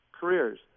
careers